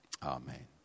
Amen